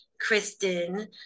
Kristen